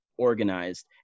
organized